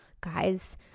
Guys